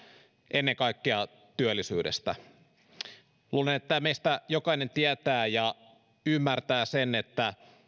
ennen kaikkea työllisyydestä luulen että meistä jokainen tietää ja ymmärtää sen että